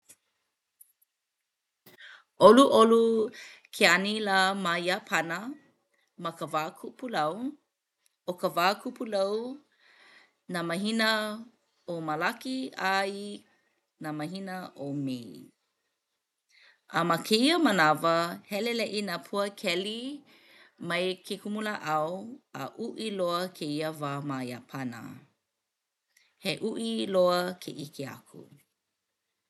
ʻOluʻolu ke anilā ma Iāpana ma ka wā kupulau. ʻO ka wā kupulau nā mahina ʻo Malaki a i nā mahina ʻo Mei. A ma kēia manawa, heleleʻi nā pua keli mai ke kumulāʻau a uʻi loa kēia wā ma Iāpana. He uʻi loa ke ʻike aku!